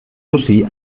sushi